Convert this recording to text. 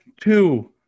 Two